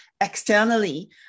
externally